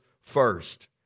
first